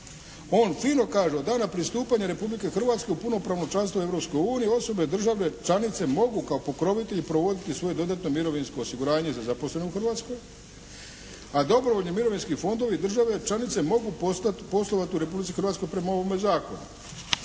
On fino kaže: "Od dana pristupanja Republike Hrvatske u punopravno članstvo u Europskoj uniji osobe države članice mogu kao pokrovitelj provoditi svoje dodatno mirovinsko osiguranje za zaposlene u Hrvatskoj a dobrovoljni mirovinski fondovi i države članice mogu poslovati u Republici Hrvatskoj prema ovome zakonu.